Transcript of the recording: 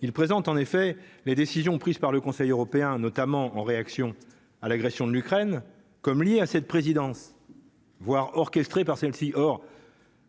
Il présente, en effet, les décisions prises par le Conseil européen, notamment en réaction à l'agression de l'Ukraine comme liés à cette présidence. Voir orchestrée par celle-ci, or,